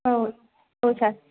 औ औ सार